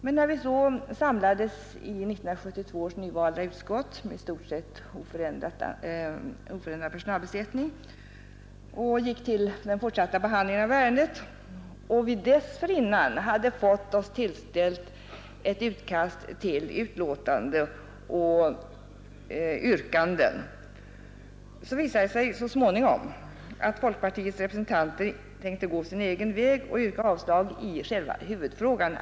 Men när vi samlades i 1972 års nyvalda justitieutskott, med i stort sett oförändrad personbesättning, och gick till fortsatt behandling av ärendet — sedan vi dessförinnan hade fått oss tillställt ett utkast till betänkande och yrkanden — visade det sig så småningom att folkpartiets representanter tänkte gå sin egen väg och yrka avslag i själva huvudfrågan.